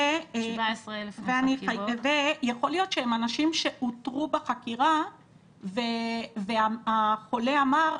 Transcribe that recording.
יכול להיות שהם אנשים שאותרו בחקירה והחולה אמר,